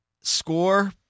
Score